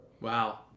Wow